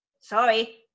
Sorry